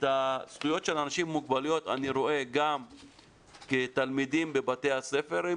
את הזכויות של אנשים עם מוגבלויות אני רואה גם כתלמידים בבתי הספר,